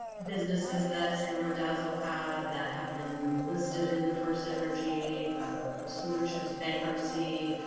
businesses that sam randazzo had, that have been listed in the first energy solutions bankruptcy,